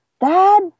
Dad